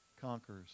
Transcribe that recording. conquers